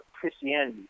Christianity